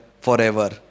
forever